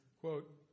quote